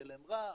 יהיה להם רע,